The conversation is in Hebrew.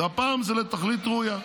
והפעם זה לתכלית ראויה.